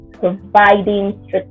providing